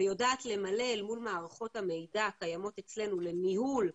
והיא יודעת למלא אל מול מערכות המידע הקיימות אצלנו לניהול הטיפול,